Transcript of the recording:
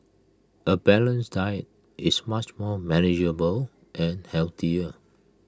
A balanced diet is much more manageable and healthier